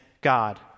God